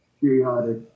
periodic